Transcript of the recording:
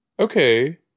okay